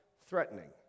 threatening